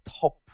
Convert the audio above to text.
top